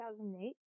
2008